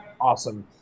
Awesome